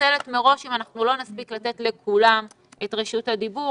מתנצלת מראש אם לא נספיק לתת לכולם את רשות הדיבור,